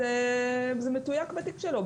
אז זה מתויק בתיק שלו.